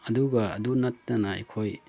ꯑꯗꯨꯒ ꯑꯗꯨ ꯅꯠꯇꯅ ꯑꯩꯈꯣꯏ